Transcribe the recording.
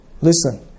Listen